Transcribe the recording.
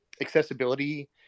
accessibility